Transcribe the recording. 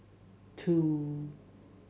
two